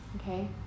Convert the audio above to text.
Okay